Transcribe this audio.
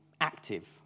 active